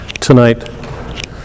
tonight